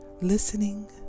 listening